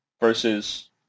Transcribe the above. versus